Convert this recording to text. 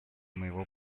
моего